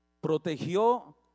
protegió